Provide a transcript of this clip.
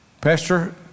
Pastor